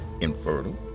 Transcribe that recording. infertile